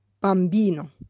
bambino